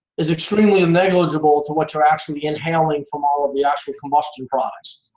it's extremely and negligible to what you're actually inhaling from all of the actual combustion products.